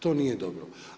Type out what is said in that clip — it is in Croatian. To nije dobro.